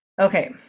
Okay